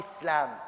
Islam